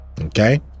Okay